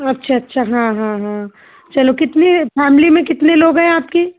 अच्छा अच्छा हाँ हाँ हाँ चलो कितनी है फैमिली में कितने लोग हैं आपकी